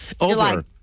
Over